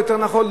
יותר נכון,